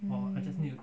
mm